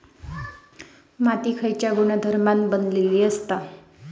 माती खयच्या गुणधर्मान बनलेली असता?